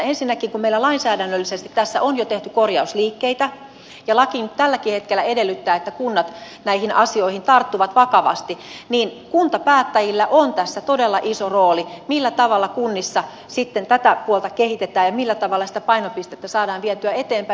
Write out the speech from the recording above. ensinnäkin kun meillä lainsäädännöllisesti tässä on jo tehty korjausliikkeitä ja laki tälläkin hetkellä edellyttää että kunnat tarttuvat näihin asioihin vakavasti kuntapäättäjillä on todella iso rooli tässä millä tavalla kunnissa tätä puolta kehitetään ja millä tavalla painopistettä saadaan vietyä eteenpäin